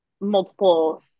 multiple